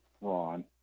Ron